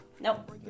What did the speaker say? Nope